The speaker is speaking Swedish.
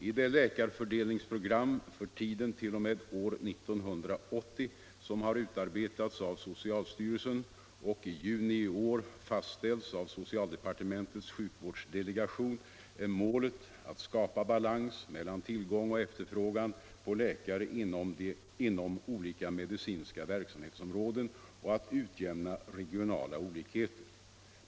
I det läkarfördelningsprogram för tiden t.o.m. år 1980 som har utarbetats av socialstyrelsen och i juni i år fastställts av socialdepartementets sjukvårdsdelegation är målet att skapa balans mellan tillgång och efterfrågan på läkare inom olika medicinska verksamhetsområden och att utjämna regionala olikheter.